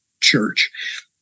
Church